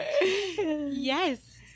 Yes